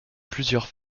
plusieurs